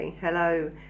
Hello